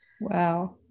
Wow